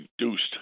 reduced